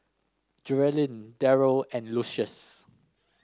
Geralyn Deryl and Lucius